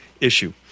issue